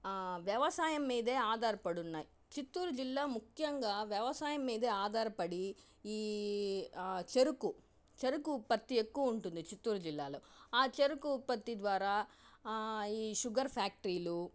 వ్యవసాయం మీదే ఆధారపడున్నాయి చిత్తూరు జిల్లా ముఖ్యంగా వ్యవసాయం మీదే ఆధారపడి ఈ చెరుకు చెరుకు ఉత్పత్తి ఎక్కువ ఉంటుంది చిత్తూరు జిల్లాలో ఆ చెరుకు ఉత్పత్తి ద్వారా ఈ షుగర్ ఫ్యాక్టరీలు